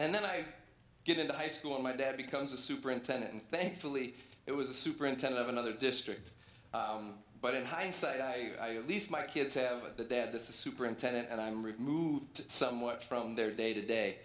and then i get into high school and my dad becomes a superintendent and thankfully it was a superintendent of another district but in hindsight i least my kids have the dad the superintendent and i'm removed somewhat from their day to day